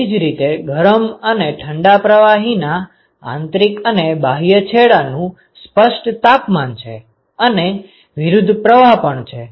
તેવી જ રીતે ગરમ અને ઠંડા પ્રવાહીના આંતરિક અને બાહ્ય છેડાનું સ્પષ્ટ તાપમાન છે અને વિરુદ્ધ પ્રવાહ પણ છે